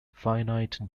finite